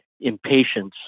impatience